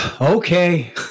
okay